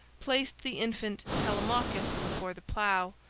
placed the infant telemachus before the plough,